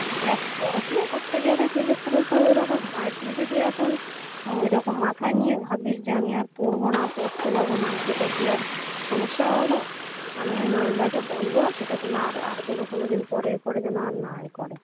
দেখ পড়াশুনো করতে গেলে সেক্ষেত্রে তো ওরকম হয় তুই যদি এখন ওইরকম মাথায় নিয়ে ভাবিস যে আমি আর পড়বো না পড়তে যাব না সেটা কি আর সমস্যা হল আমি নয়নদাকে বলবো সেটা যেন আর আর যেন কোনোদিন পরে এরপরে যেন আর না এ করে